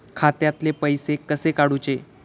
खात्यातले पैसे कसे काडूचे?